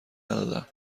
ندادم